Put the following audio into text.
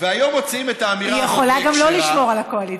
היא יכולה גם לא לשמור על הקואליציה.